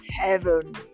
heaven